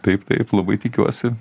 taip taip labai tikiuosi